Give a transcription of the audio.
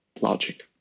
logic